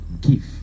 Give